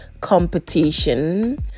competition